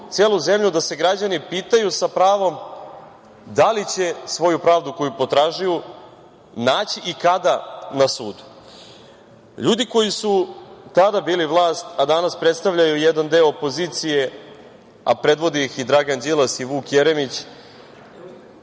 da se građani pitaju sa pravom da li će svoju pravdu koju potražuju naći i kada na sudu? Ljudi koji su tada bili vlast, a danas predstavljaju jedan deo opozicije, a predvodi ih Dragan Đilas i Vuk Jeremić,